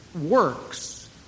works